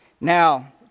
Now